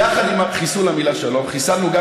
יחד עם חיסול המילה "שלום" חיסלנו גם